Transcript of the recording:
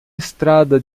estrada